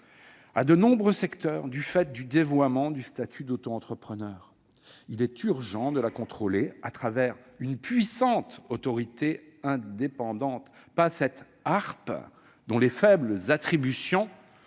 à de nombreux secteurs du fait du dévoiement du statut d'autoentrepreneur. Il est urgent de la contrôler à travers une puissante autorité indépendante, pas cette ARPE, dont les faibles attributions